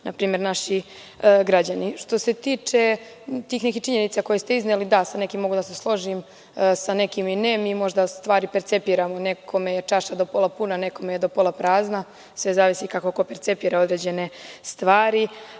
susreću naši građani. Što se tiče tih nekih činjenica koje ste izneli, da sa nekim mogu da se složim, sa nekim i ne. Mi možda stvari percepiramo, nekome je čaša puna, nekome je do pola prazna, sve zavisi kako ko percepira određene stvari.